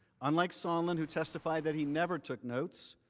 unlike sondland who testified that he never took notes,